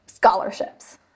Scholarships